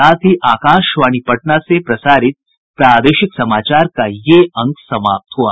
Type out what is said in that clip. इसके साथ ही आकाशवाणी पटना से प्रसारित प्रादेशिक समाचार का ये अंक समाप्त हुआ